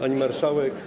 Pani Marszałek!